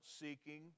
seeking